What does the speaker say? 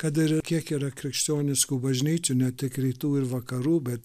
kad ir kiek yra krikščioniškų bažnyčių ne tik rytų ir vakarų bet